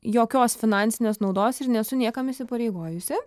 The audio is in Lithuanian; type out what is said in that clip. jokios finansinės naudos ir nesu niekam įsipareigojusi